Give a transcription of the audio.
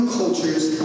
culture's